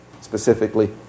specifically